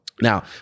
Now